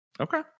Okay